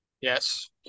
Yes